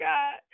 God